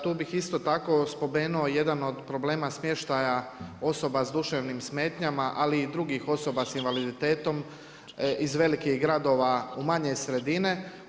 Tu bih isto tako spomenuo jedan od problema smještaja osoba s duševnim smetnjama, ali i drugih osoba s invaliditetom iz velikih gradova u manje sredine.